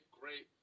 great